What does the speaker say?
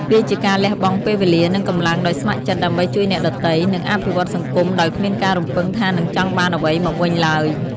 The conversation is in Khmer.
វាជាការលះបង់ពេលវេលា និងកម្លាំងដោយស្ម័គ្រចិត្ត ដើម្បីជួយអ្នកដទៃ និងអភិវឌ្ឍសង្គមដោយគ្មានការរំពឹងថានឹងចង់បានអ្វីមកវិញឡើយ។